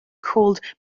called